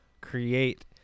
create